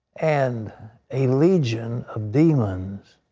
and a legion of demons.